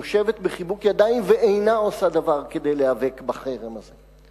יושבת בחיבוק ידיים ואינה עושה דבר כדי להיאבק בחרם הזה.